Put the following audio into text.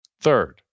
third